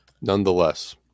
nonetheless